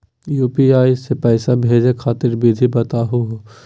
UPI स पैसा भेजै खातिर विधि बताहु हो?